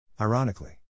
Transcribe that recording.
Ironically